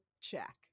check